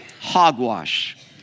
Hogwash